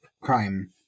crime